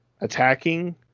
attacking